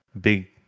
big